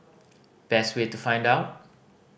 best way to find out